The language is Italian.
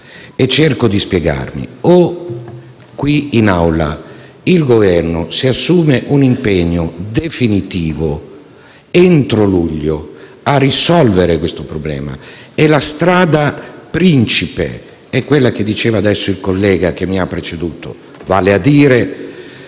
Cerco di spiegarmi. Qui in Aula il Governo si deve assumere un impegno definitivo, entro luglio, a risolvere questo problema e la strada principe è quella che diceva il collega che mi ha preceduto, vale a dire